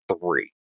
three